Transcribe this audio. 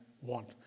want